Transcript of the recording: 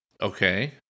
okay